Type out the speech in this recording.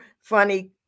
funny